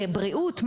בריאות?